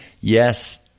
yes